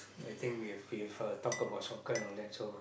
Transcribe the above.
I think we have we have uh talked about soccer and all that so